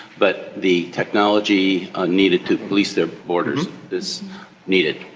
but the technology ah needed to police their borders is needed.